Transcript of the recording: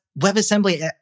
WebAssembly